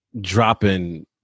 dropping